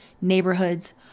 neighborhoods